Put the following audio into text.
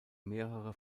mehrere